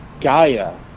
Gaia